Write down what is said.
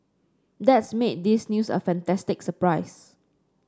that's made this news a fantastic surprise